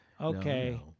Okay